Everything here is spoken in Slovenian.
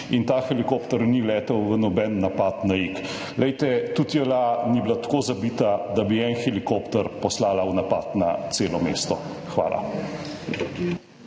In ta helikopter ni letel v noben napad na Ig. Glejte, tudi JLA ni bila tako zabita, da bi en helikopter poslala v napad na celo mesto. Hvala.